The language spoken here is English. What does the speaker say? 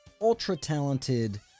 ultra-talented